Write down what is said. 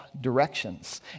directions